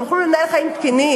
הם יוכלו לנהל חיים תקינים,